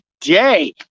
day